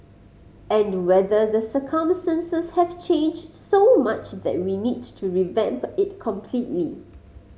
and whether the circumstances have changed so much that we need to revamp it completely